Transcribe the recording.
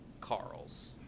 carls